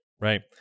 right